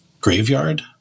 graveyard